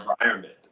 environment